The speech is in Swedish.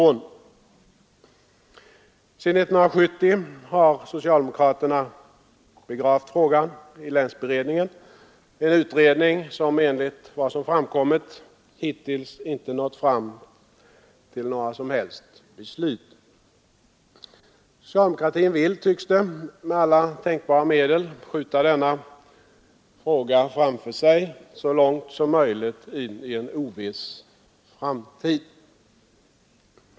Sedan 1970 har socialdemokraterna begravt frågan i länsberedningen, en utredning som enligt vad som framkommit hittills inte nått fram till några som helst beslut. Socialdemokratin vill, tycks det, med alla tänkbara medel skjuta denna fråga framför sig så långt som möjligt in i en oviss framtid.